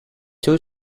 two